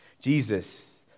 Jesus